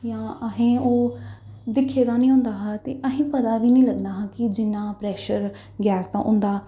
जां असें ओह् दिक्खे दा निं होंदा हा ते असें गी पता गै निं लगना हा कि जिन्ना प्रैशर गैस दा होंदा